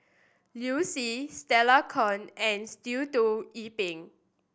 Liu Si Stella Kon and Sitoh Yih Pin